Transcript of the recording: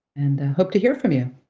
and hope to hear from you.